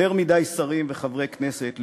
יותר מדי שרים וחברי כנסת,